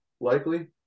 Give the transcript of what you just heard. likely